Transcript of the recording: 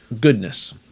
goodness